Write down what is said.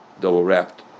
double-wrapped